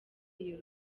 iyo